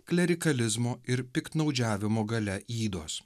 klerikalizmo ir piktnaudžiavimo galia ydos